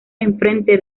enfrente